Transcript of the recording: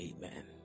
Amen